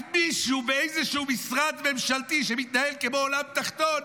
רק מישהו באיזשהו משרד ממשלתי שמתנהל כמו עולם תחתון,